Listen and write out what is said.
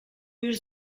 już